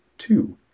two